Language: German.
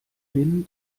hin